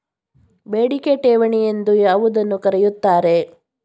ಬೇಡಿಕೆ ಠೇವಣಿ ಎಂದು ಯಾವುದನ್ನು ಕರೆಯುತ್ತಾರೆ?